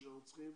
שאנחנו צריכים